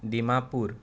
Dimapur